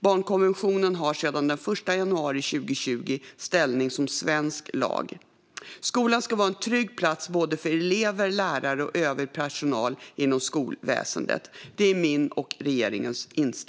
Barnkonventionen har sedan den 1 januari 2020 ställning som svensk lag. Min och regeringens inställning är att skolan ska vara en trygg plats för elever, lärare och övrig personal inom skolväsendet.